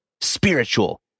spiritual